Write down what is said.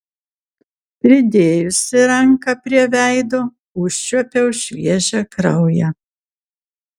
pridėjusi ranką prie veido užčiuopiau šviežią kraują